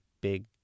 big